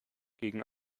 gegen